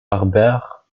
harbert